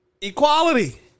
Equality